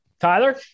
Tyler